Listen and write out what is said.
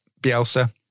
Bielsa